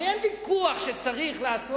הרי אין ויכוח שצריך לעשות